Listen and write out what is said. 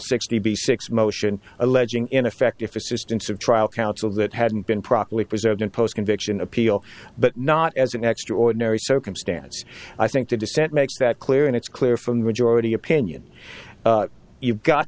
sixty six motion alleging in effect if assistance of trial counsel that hadn't been properly preserved and post conviction appeal but not as an extraordinary circumstance i think the dissent makes that clear and it's clear from majority opinion you've got